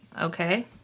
okay